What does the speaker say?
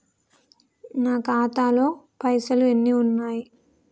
నా ఖాతాలో పైసలు ఎన్ని ఉన్నాయి?